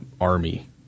army